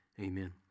Amen